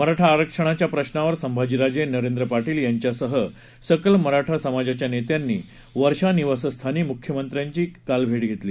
मराठा आरक्षणाच्या प्रशावर संभाजीराजे नरेंद्र पाटील यांच्यासह सकल मराठा समाजाच्या नेत्यांनी वर्षा निवासस्थानी मुख्यमंत्र्यांची यांची भेट घेतली